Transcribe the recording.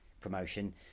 promotion